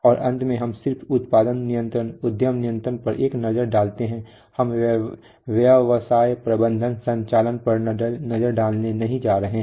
और अंत में हम सिर्फ उत्पादन नियंत्रण उद्यम नियंत्रण पर एक नजर डालते हैं हम व्यवसाय प्रबंधन संचालन पर नजर डालने नहीं जा रहे हैं